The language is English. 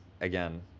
again